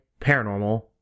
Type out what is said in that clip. Paranormal